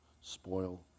spoil